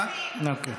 אז, קדימה,